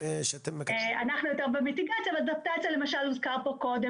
ואנחנו מקווים שאפילו ברזולוציה של רחוב או כמה רחובות,